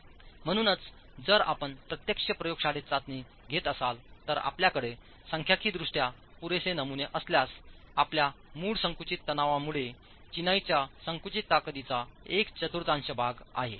म्हणूनच जर आपण प्रत्यक्ष प्रयोगशाळेत चाचणी घेत असाल तर आपल्याकडे सांख्यिकीयदृष्ट्या पुरेसे नमुने असल्यास आपल्या मूळ संकुचित तणावामुळे चिनाईच्या संकुचित ताकदीचा एक चतुर्थांश भाग आहे